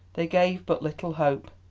they gave but little hope.